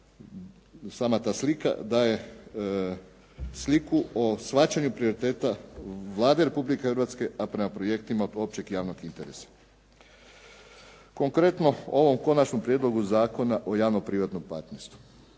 sama ta slika daje sliku o shvaćanju prioriteta Vlade Republike Hrvatske, a prema projektima općeg javnog interesa. Konkretno o ovom Konačnom prijedlogu zakona o javno-privatnom partnerstvu.